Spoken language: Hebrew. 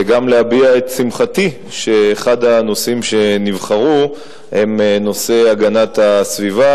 וגם להביע את שמחתי שאחד הנושאים שנבחרו הוא נושא הגנת הסביבה,